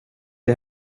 jag